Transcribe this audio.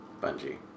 Bungie